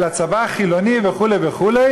אלא צבא חילוני וכו' וכו',